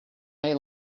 may